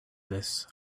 this